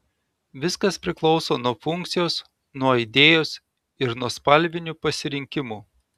viskas priklauso nuo funkcijos nuo idėjos ir nuo spalvinių pasirinkimų